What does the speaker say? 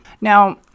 Now